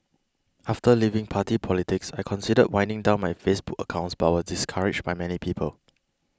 after leaving party politics I considered winding down my Facebook accounts but was discouraged by many people